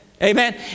Amen